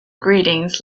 greetings